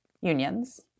unions